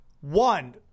One